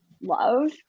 love